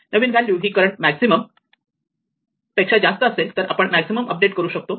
नवीन value ही current maximum पेक्षा जास्त असेल तर आपण मॅक्झिमम अपडेट करू शकतो